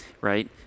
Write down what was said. right